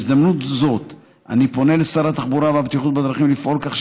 בהזדמנות זו אני פונה אל שר התחבורה והבטיחות בדרכים לפעול כך